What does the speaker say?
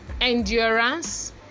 endurance